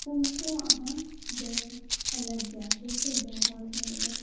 ᱩᱱᱠᱩᱣᱟᱜ ᱦᱚᱸ ᱟᱞᱟᱜᱽ ᱜᱮᱭᱟ ᱡᱮᱭᱥᱮ ᱵᱮᱝᱜᱚᱞ ᱨᱮᱱᱤᱡ ᱫᱚ